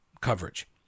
coverage